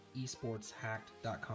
esportshacked.com